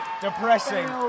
Depressing